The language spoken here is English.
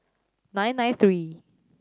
nine nine three